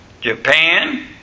Japan